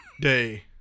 Day